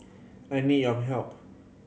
I need your help